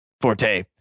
forte